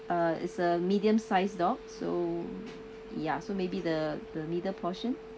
uh it's a medium sized dogs so ya so maybe the the middle portion